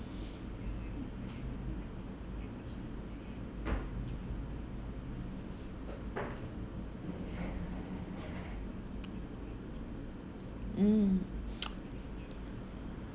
mm